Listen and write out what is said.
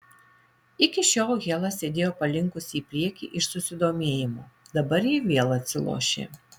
iki šiol hela sėdėjo palinkusi į priekį iš susidomėjimo dabar ji vėl atsilošė